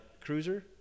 cruiser